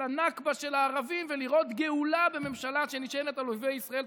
הנכבה של הערבים ולראות גאולה בממשלה שנשענת על אויבי ישראל,